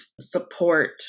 support